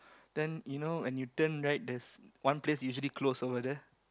then you know when you turn right there's one place usually closed over there